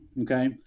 Okay